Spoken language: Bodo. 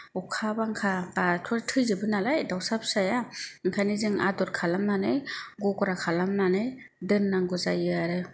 अखा बांखा बा थ' थैजोबो नालाय दाउसा फिसाया ओंखायनो जों आदर खालामनानै गग्रा खालामनानै दोननांगौ जायो आरो